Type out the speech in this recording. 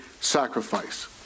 sacrifice